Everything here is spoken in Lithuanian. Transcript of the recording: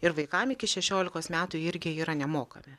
ir vaikam iki šešiolikos metų irgi yra nemokami